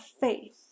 faith